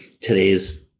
today's